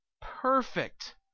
perfect